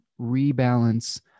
rebalance